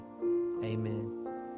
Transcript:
amen